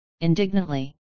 indignantly